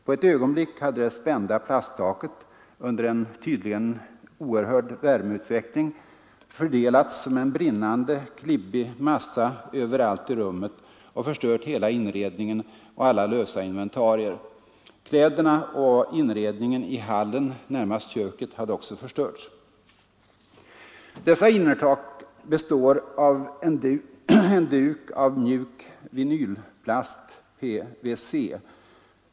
På ett ögonblick hade det spända plasttaket under en tydligen oerhörd värmeutveckling fördelats som en brinnande, klibbig massa överallt i rummet och förstört hela inredningen och alla lösa inventarier. Kläderna och inredningen i hallen närmast köket hade också förstörts. Dessa innertak består av en duk av mjuk vinylplast, PVC.